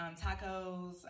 tacos